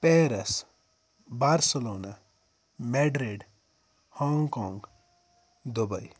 Paris Barcelona Madrid Hong Kong Dubai